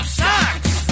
sucks